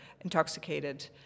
intoxicated